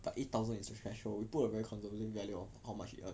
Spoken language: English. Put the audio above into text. but eight thousand is a threshold we put a very conservative value of how much he earn